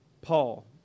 Paul